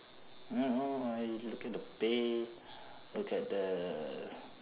no no I look at the pay look at the